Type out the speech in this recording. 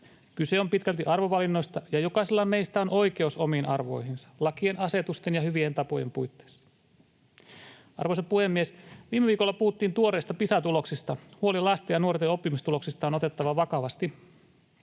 Kyse on pitkälti arvovalinnoista, ja jokaisella meistä on oikeus omiin arvoihinsa lakien, asetusten ja hyvien tapojen puitteissa. Arvoisa puhemies! Viime viikolla puhuttiin tuoreista Pisa-tuloksista. Huoli lasten ja nuorten oppimistuloksista on otettava vakavasti.